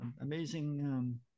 amazing